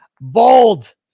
Bold